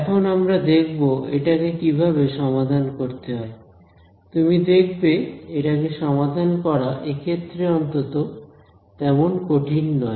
এখন আমরা দেখব এটাকে কিভাবে সমাধান করতে হয় তুমি দেখবে এটা কে সমাধান করা এক্ষেত্রে অন্তত তেমন কঠিন নয়